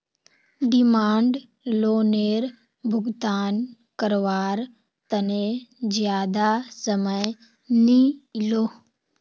demand लोअनेर भुगतान कारवार तने ज्यादा समय नि इलोह